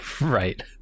Right